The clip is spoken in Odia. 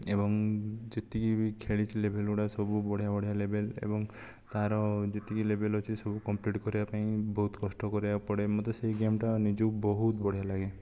ଏବଂ ଯେତିକି ବି ଖେଳିଥିଲି ଗେମ୍ ଗୁଡ଼ାକ ସବୁ ବଢ଼ିଆ ବଢ଼ିଆ ଲେବଲ୍ ଏବଂ ତାର ଯେତିକି ଲେବଲ୍ ଅଛି ସବୁ କମ୍ପ୍ଲିଟ କରିବା ପାଇଁ ବହୁତ କଷ୍ଟ କରିବାକୁ ପଡ଼େ ମୋତେ ସେ ଗେମ୍ ଟା ନିଜକୁ ବହୁତ ବଢ଼ିଆ ଲାଗେ